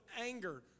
anger